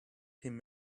him